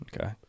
Okay